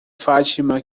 fátima